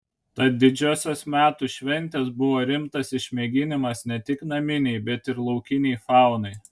tad didžiosios metų šventės buvo rimtas išmėginimas ne tik naminei bet ir laukinei faunai